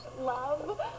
Love